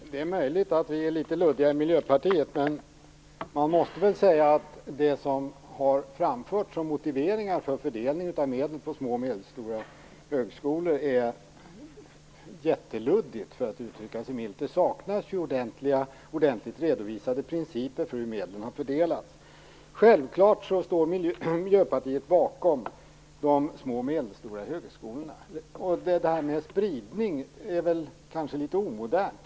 Herr talman! Det är möjligt att vi är litet luddiga i Miljöpartiet, men man måste säga att det som har framförts som motiveringar för fördelningen av medel på små och medelstora högskolor är jätteluddigt, för att uttrycka sig milt. Det saknas ordentligt redovisade principer för hur medlen har fördelats. Självfallet står Miljöpartiet bakom de små och medelstora högskolorna. Det som sades om spridning är kanske litet omodernt.